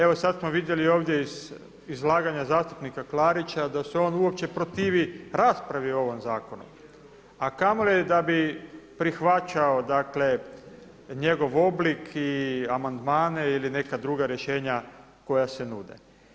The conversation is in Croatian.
Evo sada smo vidjeli ovdje iz izlaganja zastupnika Klarića da se on uopće protivi raspravi o ovom zakonu, a kamoli da bi prihvaćao njegov oblik i amandmane ili neka druga rješenja koja se nude.